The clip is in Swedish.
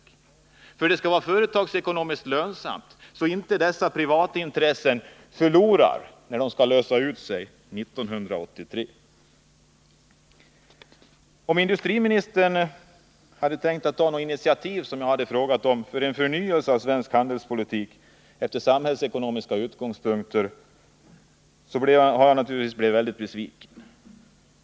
Det skall nämligen var företagsekonomiskt lönsamt, så att inte dessa privatintressenter förlorar något när de skall lösas ut 1983. Om industriministern hade tänkt ta något initiativ till en förnyelse av svensk handelsstålspolitik efter samhällsekonomiska utgångspunkter har han naturligtvis blivit väldigt besviken.